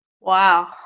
wow